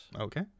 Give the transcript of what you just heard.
Okay